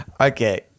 Okay